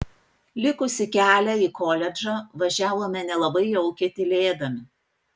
likusį kelią į koledžą važiavome nelabai jaukiai tylėdami